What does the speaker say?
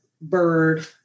bird